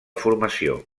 formació